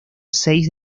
seis